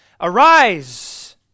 Arise